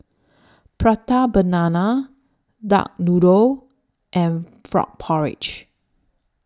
Prata Banana Duck Noodle and Frog Porridge